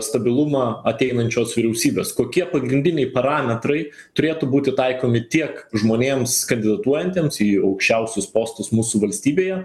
stabilumą ateinančios vyriausybės kokie pagrindiniai parametrai turėtų būti taikomi tiek žmonėms kandidatuojantiems į aukščiausius postus mūsų valstybėje